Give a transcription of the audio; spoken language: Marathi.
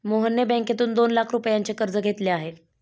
मोहनने बँकेतून दोन लाख रुपयांचे कर्ज घेतले आहे